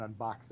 unboxing